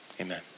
amen